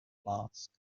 flask